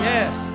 Yes